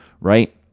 right